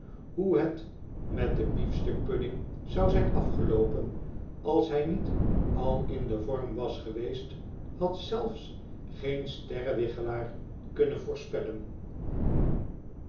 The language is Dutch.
hoe het met den biefstuk pudding zou zijn afgeloopen als hij niet al in den vorm was geweest had zelfs geen sterrenwichelaar kunnen voorspellenm